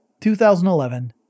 2011